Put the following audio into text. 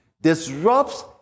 disrupts